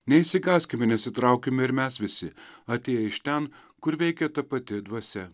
neišsigąskime nesitraukime ir mes visi atėję iš ten kur veikė ta pati dvasia